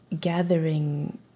gathering